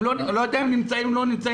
אני לא יודע אם הם נמצאים או לא נמצאים.